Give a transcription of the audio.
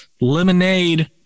Lemonade